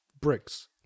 bricks